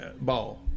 ball